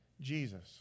Jesus